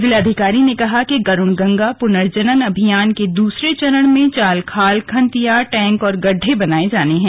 जिलाधिकारी ने कहा कि गरुड़ गंगा पुनर्जनन अभियान के दूसरे चरण में चाल खाल खंतिया टैंक और गड्डे बनाए जाने हैं